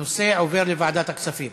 הנושא עובר לוועדת הכספים.